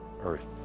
earth